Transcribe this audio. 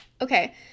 Okay